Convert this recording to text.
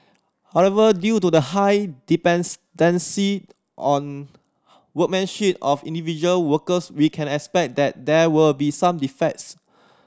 however due to the high on workmanship of individual workers we can expect that there will be some defects